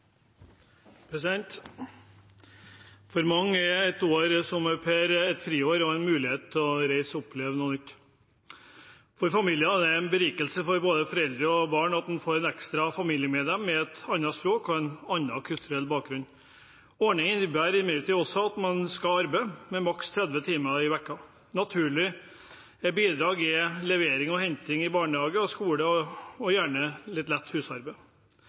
et år som au pair et friår og en mulighet til å reise og oppleve noe nytt. For familiene er det en berikelse for både foreldre og barn at en får et ekstra familiemedlem med et annet språk og en annen kulturell bakgrunn. Ordningen innebærer imidlertid også at man skal arbeide, men maks 30 timer i uken. Naturlige bidrag er levering og henting i barnehage og skole og gjerne litt lett husarbeid.